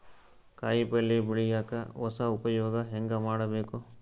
ಕಾಯಿ ಪಲ್ಯ ಬೆಳಿಯಕ ಹೊಸ ಉಪಯೊಗ ಹೆಂಗ ಮಾಡಬೇಕು?